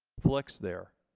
flex there,